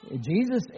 Jesus